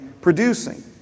producing